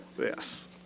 yes